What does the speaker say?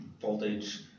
voltage